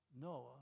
Noah